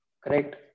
Correct